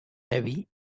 heavy